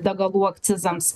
degalų akcizams